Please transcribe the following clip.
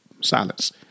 silence